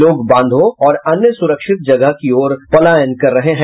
लोग बांधों और अन्य सुरक्षित जगह की ओर पलायन कर रहे हैं